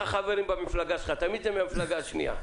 חברים במפלגה שלך תמיד זה מהמפלגה השנייה.